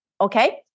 okay